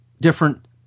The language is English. different